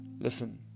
listen